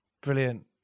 brilliant